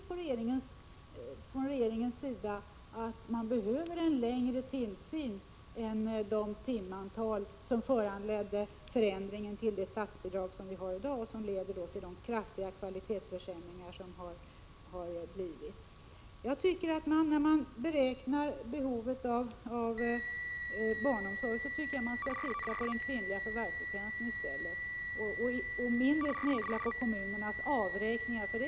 Regeringen har tydligen insett att det behövs en längre tillsyn än det timantal som föranledde förändringen till det statsbidrag som vi har i dag och som har lett till kraftiga kvalitetsförsämringar. När man beräknar behovet av barnomsorg, skall man se mera på den kvinnliga förvärvsfrekvensen och mindre snegla på kommunernas avräk ningar.